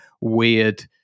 weird